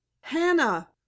Hannah